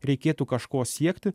reikėtų kažko siekti